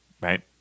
right